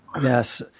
Yes